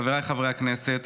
חבריי חברי הכנסת,